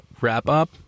wrap-up